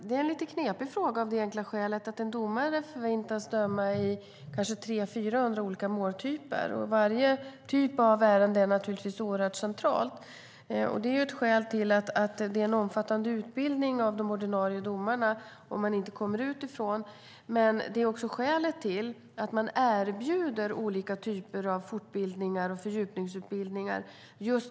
Det är en lite knepig fråga av det enkla skälet att en domare förväntas döma i kanske 300-400 olika måltyper. Varje typ av ärende är oerhört centralt. Det är ett skäl till att utbildningen av de ordinarie domarna är omfattande om de inte kommer utifrån. Men det är också skälet till att man erbjuder olika typer av fortbildningar och fördjupningsutbildningar.